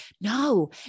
No